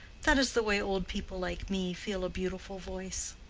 that is the way old people like me feel a beautiful voice.